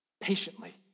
patiently